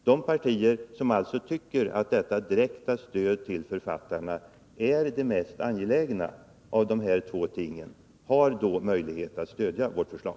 De partier som anser att detta direkta stöd till författarna är det mest angelägna av dessa båda ting har då möjlighet att stödja vårt förslag.